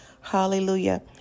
Hallelujah